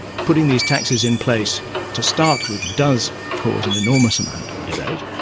putting these taxes in place to start with, does cause an enormous amount of debate.